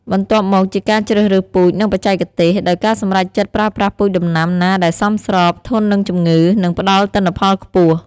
បន្ទាប់មកជាការជ្រើសរើសពូជ និងបច្ចេកទេស ដោយការសម្រេចចិត្តប្រើប្រាស់ពូជដំណាំណាដែលសមស្រប ធន់នឹងជំងឺ និងផ្តល់ទិន្នផលខ្ពស់។